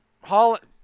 Holland